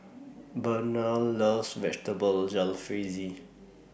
Burnell loves Vegetable Jalfrezi